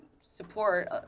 support